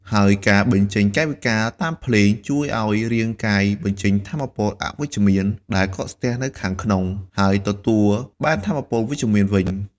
ហើយការបញ្ចេញកាយវិការតាមភ្លេង ជួយឲ្យរាងកាយបញ្ចេញថាមពលអវិជ្ជមាន ដែលកកស្ទះនៅខាងក្នុង ហើយទទួលបានថាមពលវិជ្ជមានវិញ។